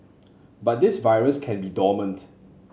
but this virus can be dormant